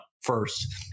first